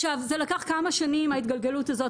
זה לקח כמה שנים ההתגלגלות הזאת,